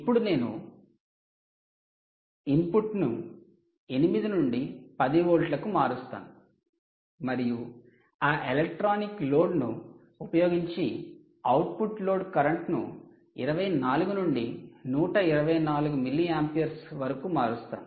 ఇప్పుడు నేను ఇన్పుట్ను 8 నుండి 10 వోల్ట్లకు మారుస్తాను మరియు ఆ ఎలక్ట్రానిక్ లోడ్ను ఉపయోగించి అవుట్పుట్ లోడ్ కరెంట్ ను 24 నుండి 124 మిల్లియాంపియర్స్ వరకు మారుస్తాను